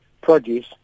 produce